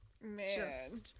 Man